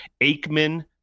Aikman